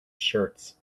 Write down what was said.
shirts